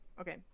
Okay